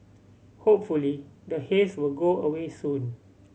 hopefully the haze will go away soon